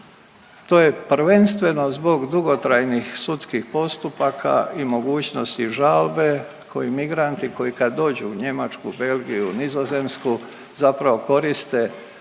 To je prvenstveno zbog dugotrajnih sudskih postupaka i mogućnosti žalbe koju migranti koji kad dođu u Njemačku, Belgiju, Nizozemsku zapravo koriste